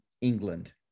England